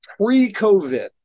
Pre-COVID